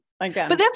again